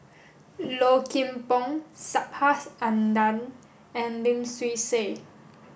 Low Kim Pong Subhas Anandan and Lim Swee Say